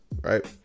right